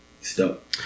Stop